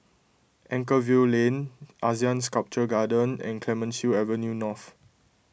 Anchorvale Lane Asean Sculpture Garden and Clemenceau Avenue North